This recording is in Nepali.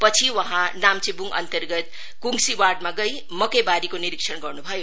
पछि वहाँ नाम्चेबुङअन्तर्गत कुङसी वार्डमा गई मकैवारीको निरीक्षण गर्नु भयो